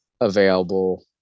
available